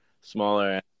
smaller